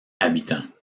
habitants